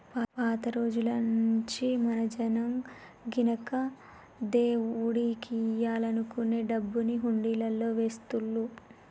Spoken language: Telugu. పాత రోజుల్నుంచీ మన జనం గినక దేవుడికియ్యాలనుకునే డబ్బుని హుండీలల్లో వేస్తుళ్ళు